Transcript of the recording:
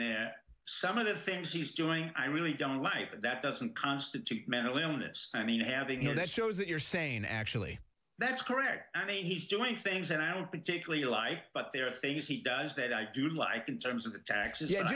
there at some of the things he's doing i really don't like it but that doesn't constitute mental illness i mean having here that shows that you're sane actually that's correct and he's doing things that i don't particularly like but there are things he does that i do like in terms of the taxes y